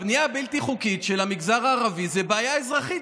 הבנייה הבלתי-חוקית של המגזר הערבי זו בעיה אזרחית,